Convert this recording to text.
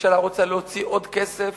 הממשלה רוצה להוציא עוד כסף